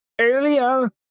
earlier